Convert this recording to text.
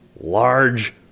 Large